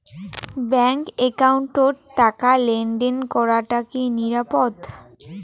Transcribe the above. Bank একাউন্টত টাকা লেনদেন করাটা কি নিরাপদ?